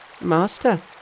Master